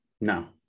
no